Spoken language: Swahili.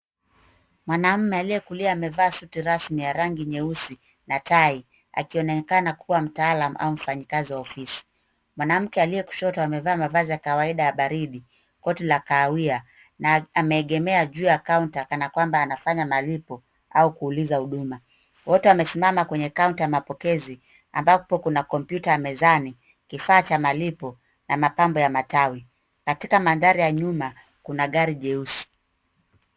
Mwanaume aliye kulia amevalia suti rasmi ya rangi nyeusi na tai akionekana kuwa mtaalam au mfanyakazi wa ofisi. Mwanamke aliye kushoto amevaa mavazi ya kawaida ya baridi. Koti la kahawia na ameegemea juu ya kaunta kana kwamba anafanya malipo au kuuliza huduma. Wote wamesimama kwenye kaunta ya mapokezi ambapo kuna komputa ya mezani, kifaa cha malipo na mapambo ya matawi. Katika mandhari ya nyuma kuna gari jeusi.